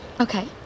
Okay